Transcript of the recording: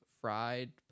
fried